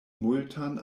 multan